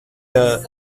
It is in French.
maire